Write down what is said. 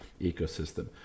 ecosystem